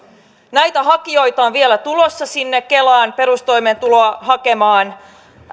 näitä hakijoita on vielä tulossa sinne kelaan perustoimeentuloa hakemaan